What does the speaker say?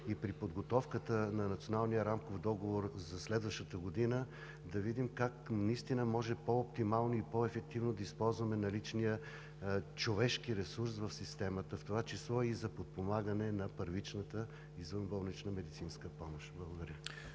и при подготовката на Националния рамков договор за следващата година да видим как наистина може по-оптимално и по-ефективно да използваме наличния човешки ресурс в системата, в това число и за подпомагане на първичната извънболнична медицинска помощ. Благодаря.